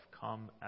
come